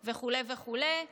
וכו' וכו'.